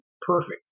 perfect